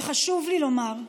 וחשוב לי לומר,